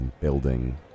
building